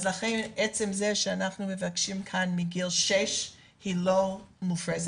לכן עצם זה שאנחנו מבקשים כאן לעטות מסיכה מגיל 6 זה לא מופרז,